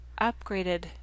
upgraded